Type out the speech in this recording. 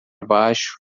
baixo